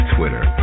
Twitter